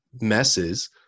messes